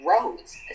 Roads